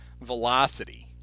velocity